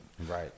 Right